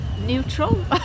neutral